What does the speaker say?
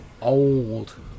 old